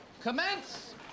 Commence